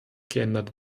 geändert